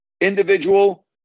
individual